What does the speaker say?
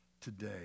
today